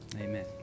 amen